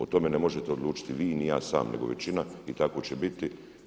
O tome ne možete odlučiti vi ni ja sam nego većina i tako će biti.